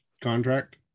contract